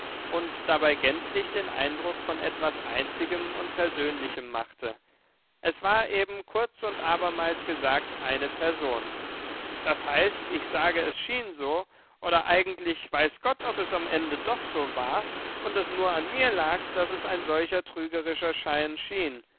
und dabei gänzlich den eindruck von etwas einzigem und persönlichem machte es war eben kurz und abermals gesagt eine person das heißt ich sage es schien so oder eigentlich weiß gott ob es am ende doch so war und es nur an mir lag daß es ein solcher trügerischer schein schien